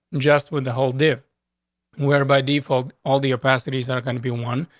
just with the whole def were by default, all the capacities and are going to be one.